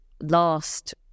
last